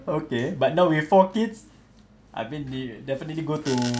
okay but now with four kids I've been definitely go to